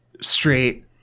straight